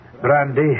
Brandy